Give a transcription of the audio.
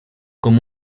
com